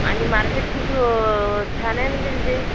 आणि मार्केट खूप छान आहे म्हणते तिथे